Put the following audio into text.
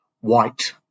white